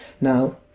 Now